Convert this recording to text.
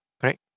Correct